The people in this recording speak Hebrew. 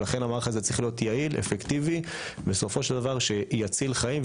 ולכן זה צריך להיות יעיל, אפקטיבי, שיציל חיים.